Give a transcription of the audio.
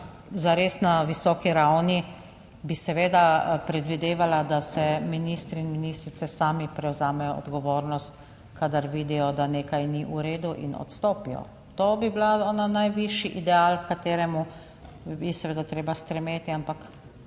zares na visoki ravni bi seveda predvidevala, da ministri in ministrice sami prevzamejo odgovornost kadar vidijo, da nekaj ni v redu in odstopijo. To bi bila ona najvišji ideal, h kateremu je seveda treba stremeti, ampak